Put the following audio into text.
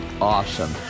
awesome